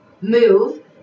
move